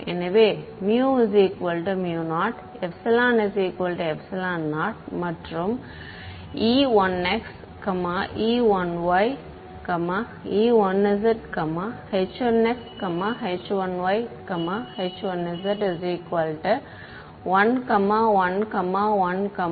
எனவே 00 மற்றும் e1x e1ye1zh1xh1yh1z111111